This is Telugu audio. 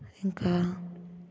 ఇంకా